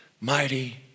mighty